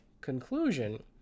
conclusion